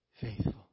faithful